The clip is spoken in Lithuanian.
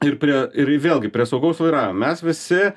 ir prie ir vėlgi prie saugaus vairavimo mes visi